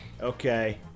Okay